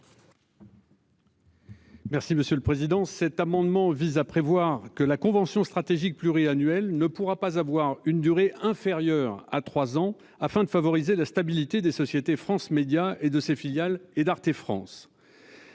Merci Monsieur le Président. Cet amendement vise à prévoir que la convention stratégique pluriannuel ne pourra pas avoir une durée inférieure à 3 ans afin de favoriser la stabilité des sociétés France Médias et de ses filiales et d'Arte France.